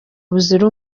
buzira